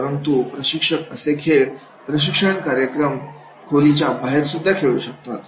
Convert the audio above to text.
परंतु प्रशिक्षक असे खेळ प्रशिक्षण कार्यक्रम खोलीच्या बाहेर सुद्धा खेळू शकतात